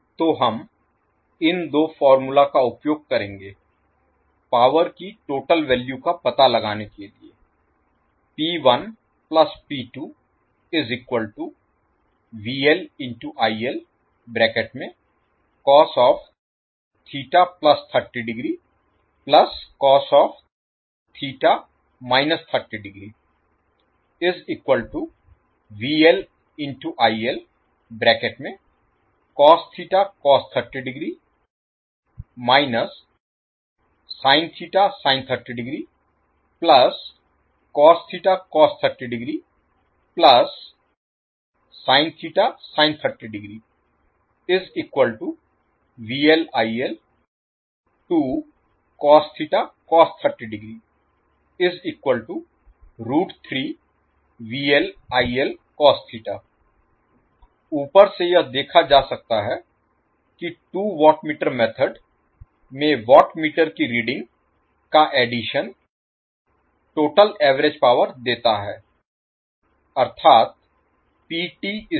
तो हम इन दो फार्मूला का उपयोग करेंगे पावर की टोटल वैल्यू का पता लगाने के लिए ऊपर से यह देखा जा सकता है कि 2 वाट मीटर मेथड में वाट मीटर की रीडिंग का एडिशन टोटल एवरेज पावर देता है अर्थात्